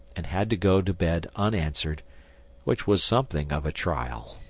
and had to go to bed unanswered which was something of a trial.